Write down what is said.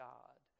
God